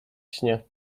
śnie